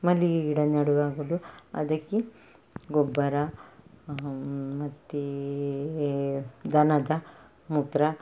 ಮಲ್ಲಿಗೆ ಗಿಡ ನೆಡುವಾಗಲು ಅದಕ್ಕೆ ಗೊಬ್ಬರ ಮತ್ತು ದನದ ಮೂತ್ರ